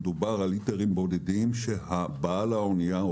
מדובר על ליטרים בודדים שבעל האונייה או